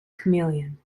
chameleon